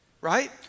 Right